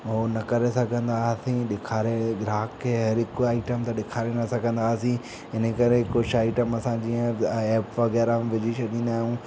हू न करे सघंदा हुआसीं ॾेखारे ग्राहक खे पहिरीं हिक आइटम त ॾेखारे न सघंदा हुआसीं इने करे कुझु आइटम असांखे जीअं एप वगै़रह में विझी छॾींदा आहियूं